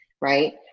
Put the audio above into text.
right